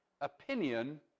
opinion